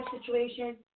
situation